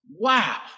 Wow